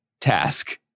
task